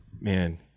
man